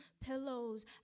pillows